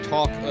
Talk